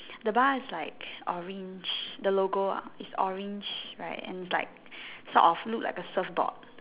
the bar is like orange the logo ah is orange right and is like sort of look like a surf board